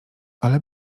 ale